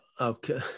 Okay